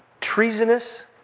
treasonous